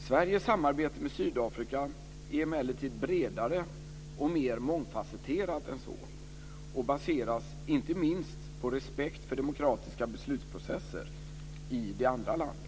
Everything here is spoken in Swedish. Sveriges samarbete med Sydafrika är emellertid bredare och mer mångfasetterat än så och baseras inte minst på respekt för demokratiska beslutsprocesser i det andra landet.